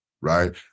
right